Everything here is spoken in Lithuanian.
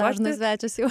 dažnas svečias jau